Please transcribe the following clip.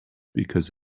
because